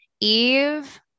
Eve